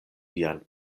vian